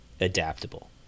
adaptable